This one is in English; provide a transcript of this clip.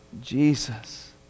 jesus